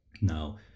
Now